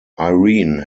irene